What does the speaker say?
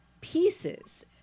pieces